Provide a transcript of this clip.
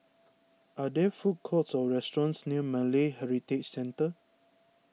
are there food courts or restaurants near Malay Heritage Centre